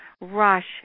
rush